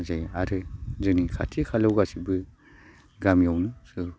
जायो आरो जोंनि खाथि खालायाव गासैबो गामियावनो सेल्फ